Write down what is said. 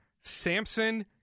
Samson